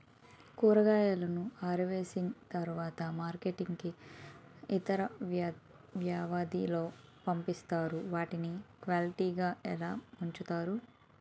కూరగాయలను హార్వెస్టింగ్ తర్వాత మార్కెట్ కి ఇంత వ్యవది లొ పంపిస్తారు? వాటిని క్వాలిటీ గా ఎలా వుంచుతారు?